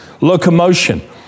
locomotion